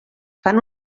fan